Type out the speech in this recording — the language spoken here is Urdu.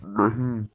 نہیں